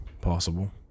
Possible